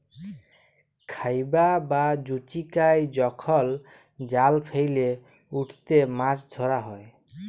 খাবাই বা জুচিকাই যখল জাল ফেইলে উটতে মাছ ধরা হ্যয়